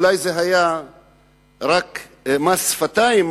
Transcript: אולי זה היה רק מס שפתיים,